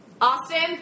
Austin